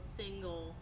single